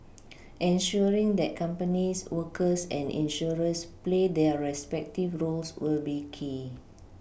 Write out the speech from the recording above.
ensuring that companies workers and insurers play their respective roles will be key